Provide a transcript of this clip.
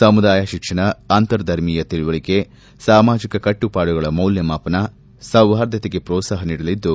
ಸಮುದಾಯ ಶಿಕ್ಷಣ ಅಂತರ ಧರ್ಮೀಯ ತಿಳುವಳಿಕೆ ಸಾಮಾಜಿಕ ಕಟ್ಟುಪಾಡುಗಳ ಮೌಲ್ವಮಾಪನ ಸೌಹಾರ್ದತೆಗೆ ಪ್ರೋತ್ಸಾಹ ನೀಡಲಿದ್ದು